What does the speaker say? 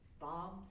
bombs